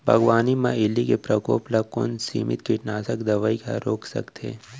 बागवानी म इल्ली के प्रकोप ल कोन सीमित कीटनाशक दवई ह रोक सकथे?